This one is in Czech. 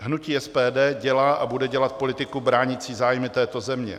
Hnutí SPD dělá a bude dělat politiku bránící zájmy této země.